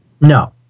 No